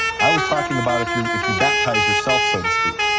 i was talking about if you if you baptize yourself, so to speak.